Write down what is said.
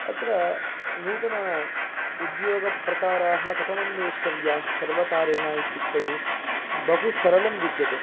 अत्र नूतन उद्योगप्रकाराः कथमन्वेष्टव्यास्सर्वकारेण इत्युक्तौ बहुसरलं विद्यते